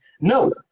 No